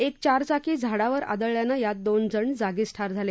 एक चारचाकी झाडावर आदळल्यानं यात दोन जण जागीच ठार झाले